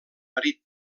marit